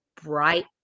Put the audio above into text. Bright